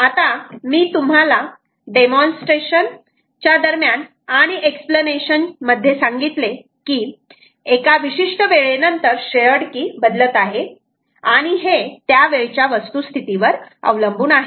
आता मी तुम्हाला डेमॉन्स्ट्रेशन च्या दरम्यान आणि एक्सप्लेनेशन मध्ये सांगितले की एका विशिष्ट वेळेनंतर शेअर्ड की बदलत आहे आणि हे त्या वेळच्या वस्तुस्थिती वर अवलंबून आहे